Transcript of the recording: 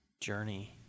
journey